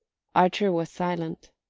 archer was silent,